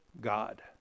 God